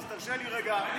אז תרשה לי רגע,